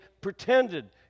pretended